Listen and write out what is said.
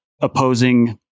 opposing